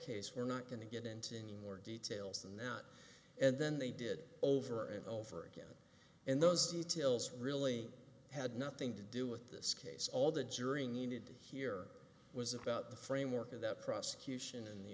case we're not going to get into any more details than that and then they did over and over again and those details really had nothing to do with this case all the jury needed to hear was about the framework of that prosecution and the